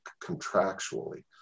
contractually